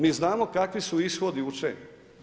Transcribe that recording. Mi znamo kakvi su ishodi učenja.